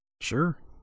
Sure